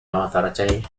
authorities